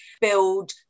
build